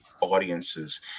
audiences